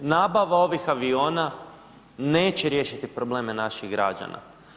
Nabava ovih aviona neće riješiti probleme naših građana.